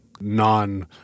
non